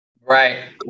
Right